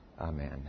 Amen